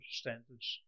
standards